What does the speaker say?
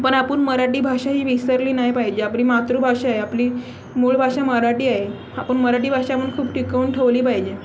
पण आपण मराठी भाषा ही विसरली नाही पाहिजे आपली मातृभाषा आहे आपली मूळ भाषा मराठी आहे आपण मराठी भाषा म्हणून खूप टिकऊन ठेवली पाहिजे